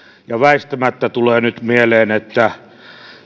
ja väistämättä tulee nyt mieleen että